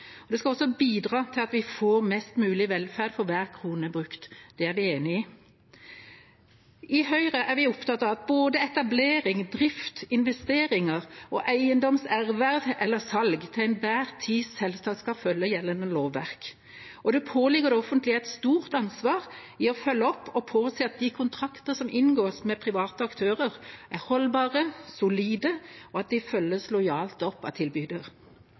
skal også bidra til at vi får mest mulig velferd for hver krone brukt. Det er vi enig i. I Høyre er vi opptatt av at både etablering, drift, investeringer og eiendomserverv eller -salg til enhver tid selvsagt skal følge gjeldende lovverk, og det påligger det offentlige et stort ansvar i å følge opp og påse at de kontraktene som inngås med private aktører, er holdbare og solide, og at de følges lojalt opp av